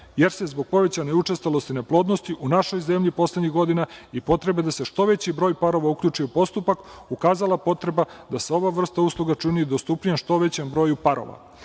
jer se zbog povećane učestalosti neplodnosti u našoj zemlji poslednjih godina i potrebe da se što veći broj parova uključi u postupak, ukazala potreba da se ova vrsta usluga učini dostupnijom što većem broju parova